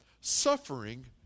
Suffering